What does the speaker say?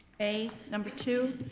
a number two,